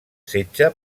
setge